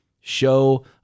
show